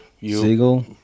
Siegel